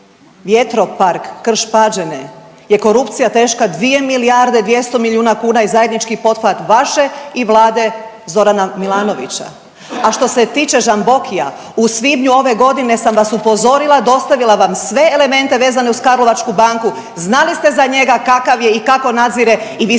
vjetropark Krš-Pađene je korupcija teška 2 milijarde 200 milijuna kuna i zajednički pothvat vaše i vlade Zorana Milanovića. A što ste tiče Žambokija u svibnju ove godine sam vas upozorila, dostavila vam sve elemente vezane uz Karlovačku banku, znali ste za njega kakav je i kako nadzire i vi